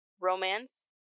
romance